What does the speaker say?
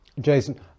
Jason